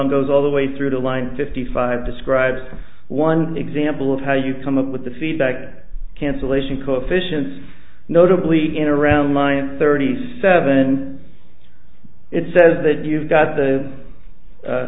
on goes all the way through the line fifty five describes one example of how you come up with the feedback cancellation coefficients notably in around line thirty seven it says that you've got the